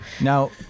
Now